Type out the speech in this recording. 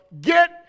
get